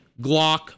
Glock